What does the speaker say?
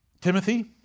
Timothy